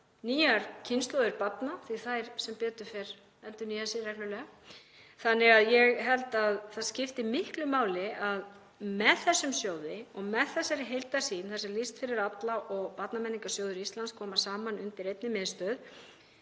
nýjar kynslóðir barna, því að þær endurnýja sig sem betur fer reglulega. Þannig að ég held að það skipti miklu máli að með þessum sjóði og með þessari heildarsýn, þar sem List fyrir alla og Barnamenningarsjóður Íslands koma saman undir einni miðstöð,